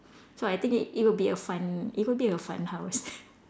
so I think it it would be a fun it would be a fun house